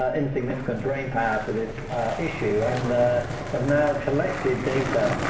not-insignificant brain power to this issue and has now collected data